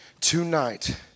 tonight